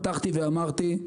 פתחתי ואמרתי,